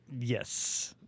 Yes